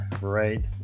right